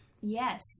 Yes